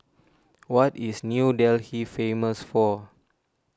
what is New Delhi famous for